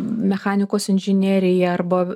mechanikos inžinerija arba